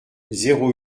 zéro